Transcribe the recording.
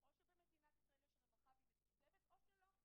או שבמדינת ישראל יש רווחה והיא מתוקצבת, או שלא.